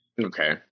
Okay